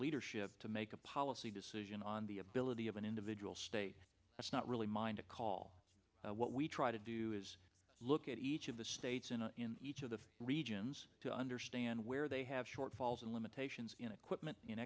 leadership to make a policy decision on the ability of an individual state that's not really mine to call what we try to do is look at each of the states and in each of the regions to understand where they have shortfalls and limitations in equipment